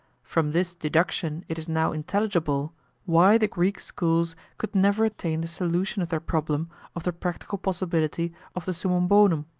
from this deduction it is now intelligible why the greek schools could never attain the solution of their problem of the practical possibility of the summum bonum,